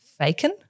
faken